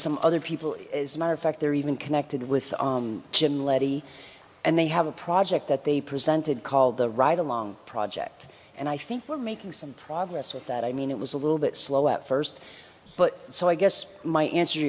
some other people as a matter of fact they're even connected with jim leddy and they have a project that they presented called the ride along project and i think we're making some progress with that i mean it was a little bit slow at first but so i guess my answer